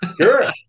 sure